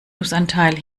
nussanteil